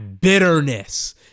bitterness